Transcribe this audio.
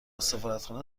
سفارتخانه